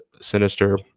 sinister